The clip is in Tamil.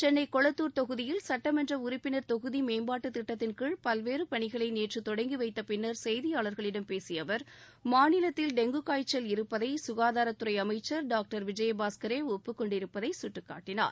சென்னை கொளத்தூர் தொகுதியில் சட்டமன்ற உறுப்பினர் தொகுதி மேம்பாட்டுத் திட்டத்தின் கீழ் பல்வேறு பணிகளை நேற்று தொடங்கி வைத்தப் பின்னர் செய்தியாளர்களிடம் பேசிய அவர் மாநிலத்தில் டெங்கு காய்ச்சல் இருப்பதை க்காதாரத்துறை அமைச்சர் திரு விஜயபாஸ்கரே ஒப்புக் கொண்டிருப்பதை சுட்டிக்காட்டினார்